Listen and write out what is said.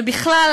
ובכלל,